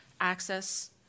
access